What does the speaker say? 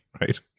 Right